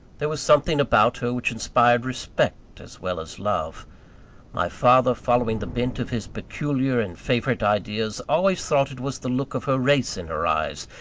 there was something about her which inspired respect as well as love my father, following the bent of his peculiar and favourite ideas, always thought it was the look of her race in her eyes,